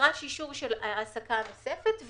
נדרש אישור של העסקה נוספת.